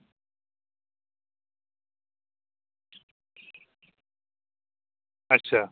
अच्छा